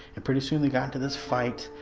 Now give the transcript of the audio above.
and pretty soon they got to this fight,